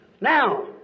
Now